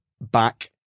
back